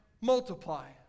multiply